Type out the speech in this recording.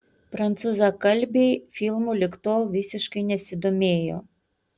prancūzakalbiai filmu lig tol visiškai nesidomėjo